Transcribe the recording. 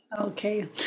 Okay